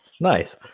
Nice